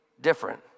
different